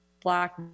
Black